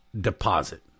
deposit